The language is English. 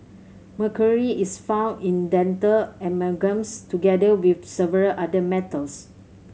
mercury is found in dental amalgams together with several other metals